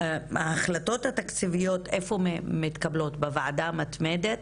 אז ההחלטות התקציביות נעשות בוועדה המתמדת.